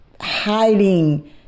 hiding